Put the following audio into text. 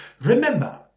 Remember